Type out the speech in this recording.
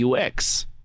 UX